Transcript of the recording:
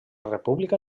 república